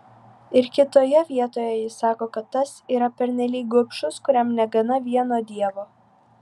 ir kitoje vietoje jis sako kad tas yra pernelyg gobšus kuriam negana vieno dievo